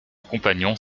compagnon